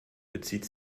bezieht